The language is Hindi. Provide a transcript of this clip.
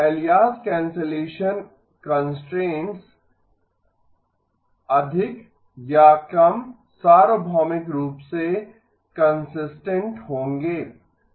alias cancellation constraints F0 H 1− z F1 − H 0 − z अधिक या कम सार्वभौमिक रूप से कंसिस्टेंट होंगें